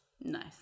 Nice